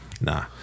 Nah